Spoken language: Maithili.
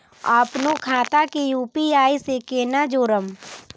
अपनो खाता के यू.पी.आई से केना जोरम?